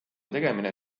tegemine